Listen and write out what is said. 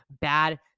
bad